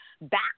back